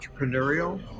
entrepreneurial